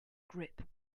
grip